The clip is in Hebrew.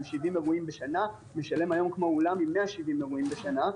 עם 70 אירועים בשנה משלם היום כמו אולם עם 170 אירועים בשנה,